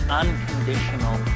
unconditional